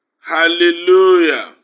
Hallelujah